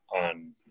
on